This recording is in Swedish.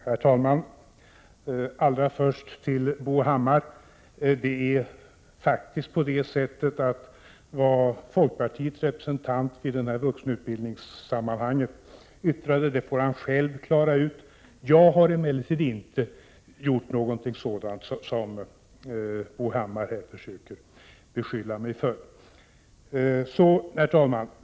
Herr talman! Allra först några ord till Bo Hammar. Vad folkpartiets representant yttrade i det vuxenutbildningssammanhang som Bo Hammar talade om får han själv klara ut. Jag har emellertid inte gjort något sådant uttalande som Bo Hammar här försöker beskylla mig för. Herr talman!